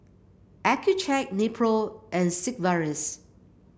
Accucheck Nepro and Sigvaris